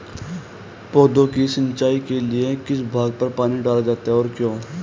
पौधों की सिंचाई के लिए उनके किस भाग पर पानी डाला जाता है और क्यों?